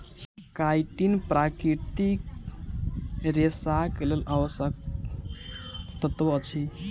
chitin प्राकृतिक रेशाक लेल आवश्यक तत्व अछि